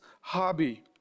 hobby